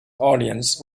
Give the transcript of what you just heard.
audience